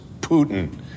Putin